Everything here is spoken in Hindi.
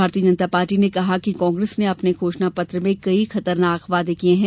भारतीय जनता पार्टी ने कहा है कि कांग्रेस अपने घोषणा पत्र में कई खतरनाक वादे किये हैं